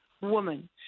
woman